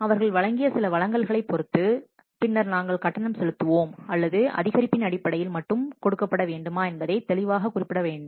அவர்கள் வழங்கிய சில வழங்கல்களை பொருத்து பின்னர் நாங்கள் கட்டணம் செலுத்துவோம் அல்லது அதிகரிப்பின் அடிப்படையில் மட்டுமே கொடுக்கப்பட வேண்டுமா என்பதை தெளிவாக குறிப்பிட வேண்டும்